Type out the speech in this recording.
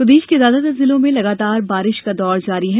मौसम प्रदेश के ज्यादातर जिलों लगातार बारिश का दौर जारी है